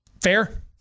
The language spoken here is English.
Fair